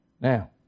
Now